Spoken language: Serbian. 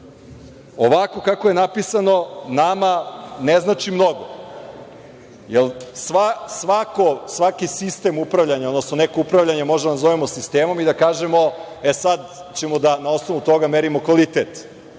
Ovako kako je napisano nama ne znači mnogo jer svaki sistem upravljanja, odnosno neko upravljanje možemo da zovemo sistemom i da kažemo - e, sada ćemo na osnovu toga da merimo kvalitet. Ono